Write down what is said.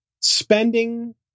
spending